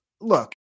Look